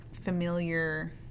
familiar